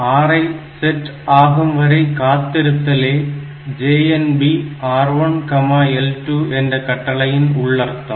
RI set ஆகும் வரை காத்திருத்தலே JNB RI L2 என்ற கட்டளையின் உள்ளர்த்தம்